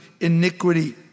iniquity